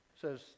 says